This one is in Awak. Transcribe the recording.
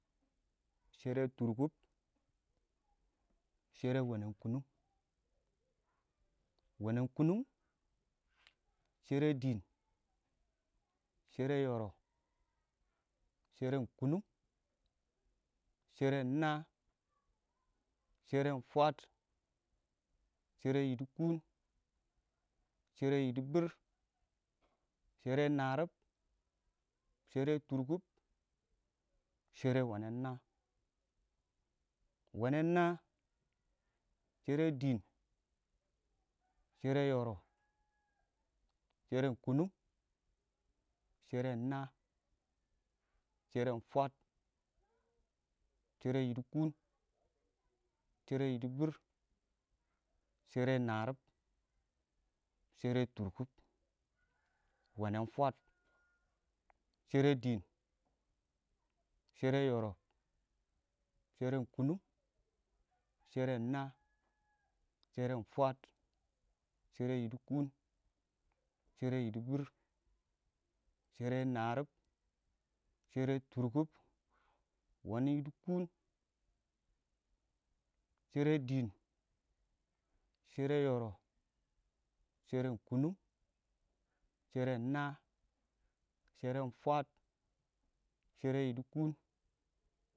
shɛrɛ tʊrkʊb shɛrɛ wɛnɛn kʊnʊng wɛnɛn kʊnʊng shɛrɛ dɪɪn shɛrɛ yoro sheren kʊnʊng shɛrɛ naa sheren fwaəd shɛrɛ yiɪdɪkʊn shɛrɛ yɪdɪbɪr shɛrɛ naarib shɛrɛ tʊrkʊb shɛrɛ wɛnɛn naa, wɛnɛn naa, sheri dɪɪn, sherekyoro, sheren kunnung, sheren naa, sheran fwaəd, shɛrɛ yidikun, shɛrɛ yɪdɪbɪr, shɛrɛ naarib, shɛrɛ tʊrkʊb, wanin fwaəd, shɛrɛ dɪɪn shɛrɛ yoro sheren kʊnʊng, shɛrɛ naa sheren fwaəd, shɛrɛ yiɪdɪkʊn, shɛrɛ yɪdɪbɪr, shɛrɛ naarib, shɛrɛ tʊrkʊb, wɛnɛn kʊnʊng, shɛrɛ dɪɪn, shɛrɛ yoro, sheren kʊnʊng, sheren naa, sheren fwaəd, shɛrɛ yiɪdɪkʊn, shɛrɛ yidikuni